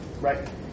Right